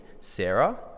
Sarah